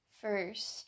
first